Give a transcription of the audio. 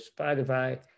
Spotify